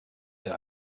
der